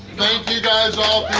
thank you guys all